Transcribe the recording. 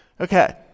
okay